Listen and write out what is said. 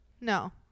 No